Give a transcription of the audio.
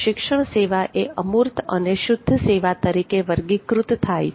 શિક્ષણ સેવા એ અમૂર્ત અને શુદ્ધ સેવા તરીકે વર્ગીકૃત થાય છે